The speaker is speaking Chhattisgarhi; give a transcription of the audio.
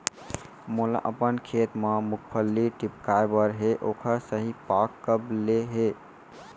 मोला अपन खेत म मूंगफली टिपकाय बर हे ओखर सही पाग कब ले हे?